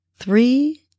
Three